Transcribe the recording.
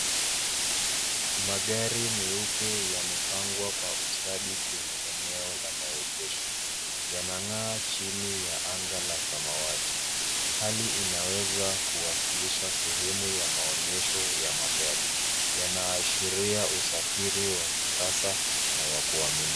Magari meupe yamepangwa kwa ustadi kwenye eneo la maegesho. Yanang'aa chini ya anga la samawati. Hali inawezakuwakilisha sehemu ya maonyesho ya magari. Yanaashiria usafiri wa kisasa na wa kuaminika.